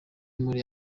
muri